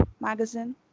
magazine